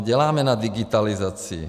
Děláme na digitalizaci.